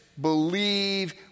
believe